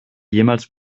jemals